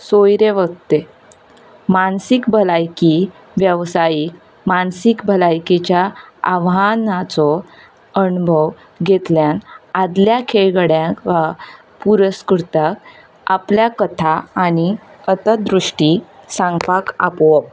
सोयरे वक्ते मानसीक भलायकी वेवसायीक मानसीक भलायकेच्या आव्हानांचो अणभव घेतल्यान आदल्या खेळगड्यांक वा पुरस्कृत्यांक आपल्या कथा आनी कथादृष्टी सांगपाक आपोवप